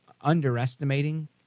underestimating